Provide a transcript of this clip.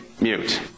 mute